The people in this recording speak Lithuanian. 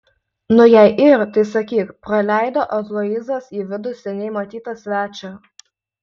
nu jei yr tai sakyk praleido aloyzas į vidų seniai matytą svečią